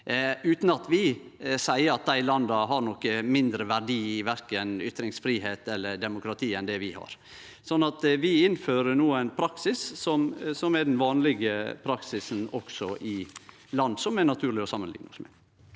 utan at vi seier at dei landa har nokon mindre verdi i verken ytringsfridom eller demokrati enn det vi har. Vi innfører no ein praksis som er den vanlege praksisen også i land det er naturleg å samanlikne oss med.